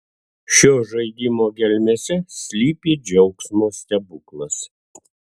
šio žaidimo gelmėse slypi džiaugsmo stebuklas